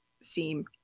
seem